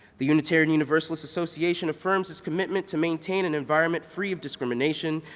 the unitarian universalist association affirms its commitment to maintain an environment free of discrimination,